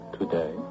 today